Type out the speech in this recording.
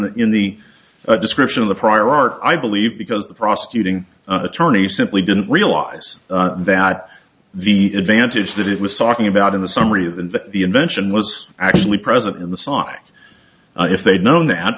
described in the description of the prior art i believe because the prosecuting attorney simply didn't realize that the advantage that it was talking about in the summary of the invention was actually present in the stock if they'd known that